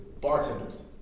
bartenders